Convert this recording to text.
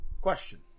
Question